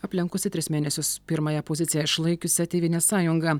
aplenkusi tris mėnesius pirmąją poziciją išlaikiusią tėvynės sąjungą